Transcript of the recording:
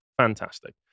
Fantastic